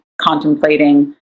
contemplating